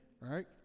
right